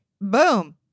Boom